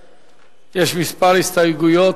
אם כן, רבותי, יש כמה הסתייגויות.